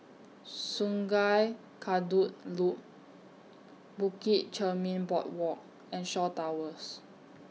Sungei Kadut Loop Bukit Chermin Boardwalk and Shaw Towers